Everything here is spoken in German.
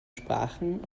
sprachen